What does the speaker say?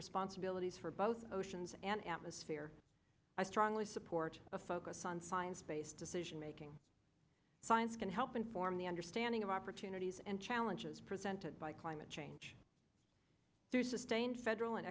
responsibilities for both oceans and atmosphere i strongly support a focus on science based decision making science can help inform the understanding of opportunities and challenges presented by climate change through sustained federal an